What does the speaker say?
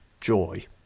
joy